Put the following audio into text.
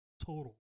total